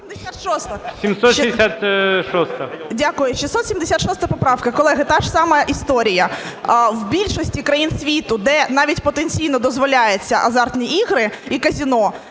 А.І. Дякую. 766 поправка. Колеги, та ж сама історія. В більшості країн світу, де навіть потенційно дозволяються азартні ігри і казино,